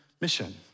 mission